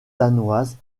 danoise